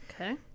Okay